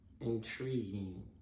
intriguing